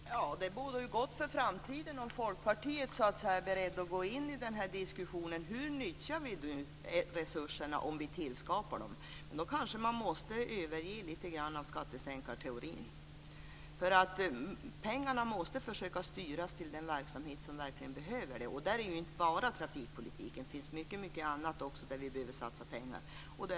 Fru talman! Det bådar gott för framtiden om Folkpartiet är berett är att gå in i diskussionen om hur vi nyttjar resurserna om vi tillskapar dem. Då måste man kanske överge lite grann av skattesänkarteorin. Vi måste försöka styra pengarna till den verksamhet som verkligen behöver dem. Det är inte bara trafikpolitiken. Det finns också mycket annat som vi behöver satsa pengar på.